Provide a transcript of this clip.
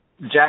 Jack